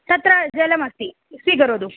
तत्र जलमस्ति स्वीकरोतु